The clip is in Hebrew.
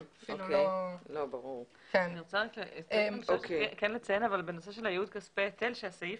אני רוצה לציין בנושא של ייעוד כספי ההיטל שהסעיף